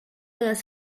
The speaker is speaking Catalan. les